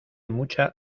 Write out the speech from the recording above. mucha